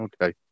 Okay